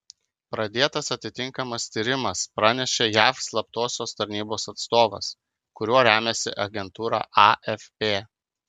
pradėtas atitinkamas tyrimas pranešė jav slaptosios tarnybos atstovas kuriuo remiasi agentūra afp